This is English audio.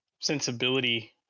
sensibility